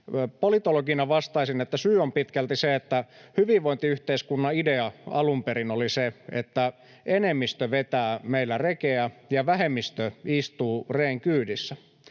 Politologina vastaisin, että syy on pitkälti se, että hyvinvointiyhteiskunnan idea alun perin oli se, että enemmistö vetää meillä rekeä ja vähemmistö istuu reen kyydissä.